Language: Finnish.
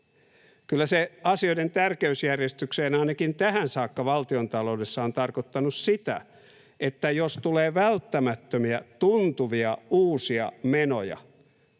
Kyllä se asioiden tärkeysjärjestykseen laittaminen ainakin tähän saakka valtiontaloudessa on tarkoittanut sitä, että jos tulee välttämättömiä, tuntuvia, uusia menoja,